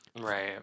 Right